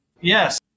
Yes